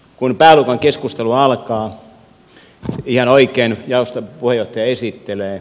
kun pääluokan keskustelu alkaa ihan oikein jaoston puheenjohtaja esittelee